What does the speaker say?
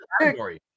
category